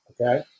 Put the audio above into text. okay